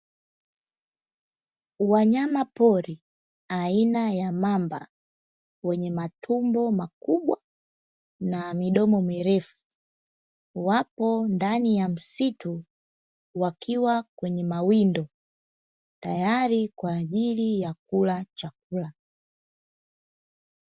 Wanyama pori aina ya mamba wenye matumbo makubwa na midomo mirefu, wapo ndani ya msitu wakiwa kwenye mawindo tayari kwa ajili ya kula chakula.